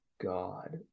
God